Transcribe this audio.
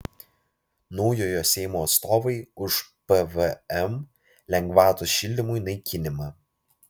naujojo seimo atstovai už pvm lengvatos šildymui naikinimą